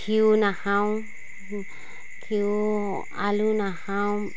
ঘিউ নাখাওঁ ঘিউ আলু নাখাওঁ